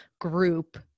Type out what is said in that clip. group